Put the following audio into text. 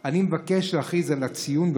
לצערנו,